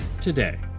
today